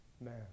Man